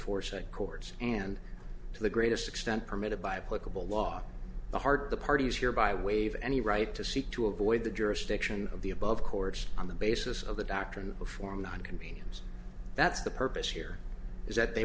aforesaid courts and to the greatest extent permitted by political law the heart of the parties here by waive any right to seek to avoid the jurisdiction of the above courts on the basis of the doctrine of form not convenience that's the purpose here is that they